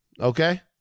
okay